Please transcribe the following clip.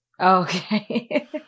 Okay